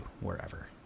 wherever